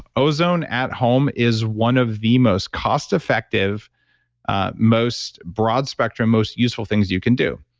ozone at home is one of the most cost effective ah most broad spectrum, most useful things you can do.